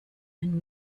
and